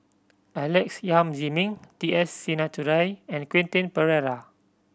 Alex Yam Ziming T S Sinnathuray and Quentin Pereira